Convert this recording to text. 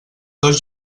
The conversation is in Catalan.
dos